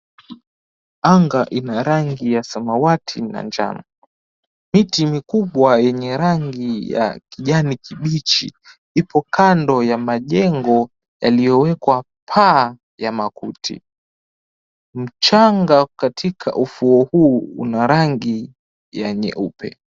Anga ina rangi ya samawati na njano. Miti mikubwa yenye rangi ya kijani kibichi ipo kando ya majengo yaliyowekwa paa ya makuti. Mchanga katika ufuo huu una rangi ya nyeupe.